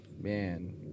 man